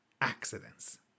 accidents